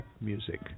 Music